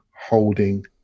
holding